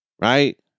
Right